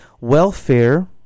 welfare